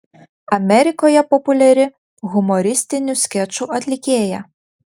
amerikoje populiari humoristinių skečų atlikėja